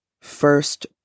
First